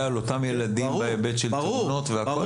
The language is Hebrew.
על אותם ילדים בהיבט של תאונות והכל?